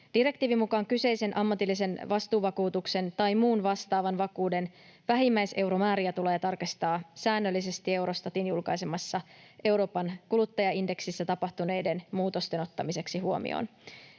Direktiivin mukaan kyseisen ammatillisen vastuuvakuutuksen tai muun vastaavan vakuuden vähimmäiseuromääriä tulee tarkistaa säännöllisesti Eurostatin julkaisemassa Euroopan kuluttajaindeksissä tapahtuneiden muutosten ottamiseksi huomioon.